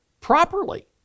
properly